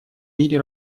мире